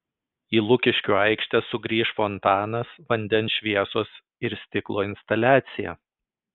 į lukiškių aikštę sugrįš fontanas vandens šviesos ir stiklo instaliacija